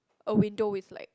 a window with like